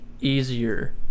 easier